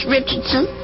Richardson